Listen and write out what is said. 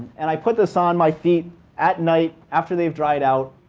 and i put this on my feet at night after they have dried out,